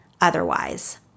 otherwise